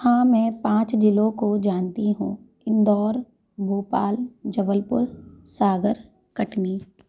हाँ मैं पाँच जिलों को जानती हूँ इंदौर भोपाल जबलपुर सागर कटनी